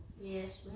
Yes